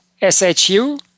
S-H-U